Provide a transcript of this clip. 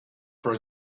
for